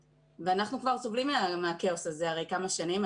ואנחנו כבר סובלים מהכאוס הזה הרי כמה שנים.